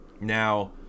now